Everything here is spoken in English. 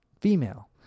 female